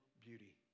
beauty